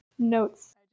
Notes